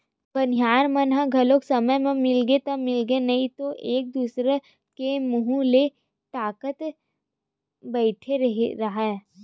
बनिहार मन ह घलो समे म मिलगे ता मिलगे नइ ते एक दूसर के मुहूँ ल ताकत बइठे रहा